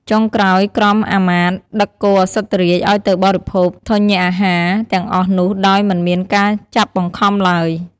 ចុងក្រោយក្រុមអាមាត្រ ដឹកគោឧសភរាជឱ្យទៅបរិភោគធញ្ញអាហារទាំងអស់នោះដោយមិនមានការចាប់បង្ខំឡើយ។